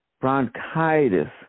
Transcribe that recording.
bronchitis